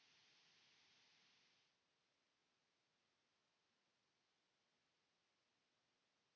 Kiitos